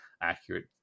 accurate